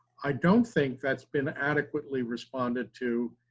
i don't think that's been adequately responded to